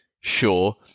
sure